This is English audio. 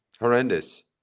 Horrendous